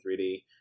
3d